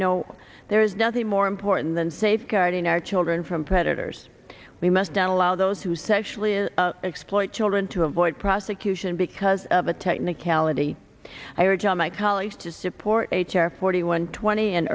know there is nothing more important than safeguarding our children from predators we must allow those who sexually exploit children to avoid prosecution because of a technicality i urge all my colleagues to support h r forty one twenty and